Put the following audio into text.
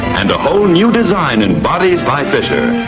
and a whole new design in bodies by fisher.